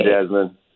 Jasmine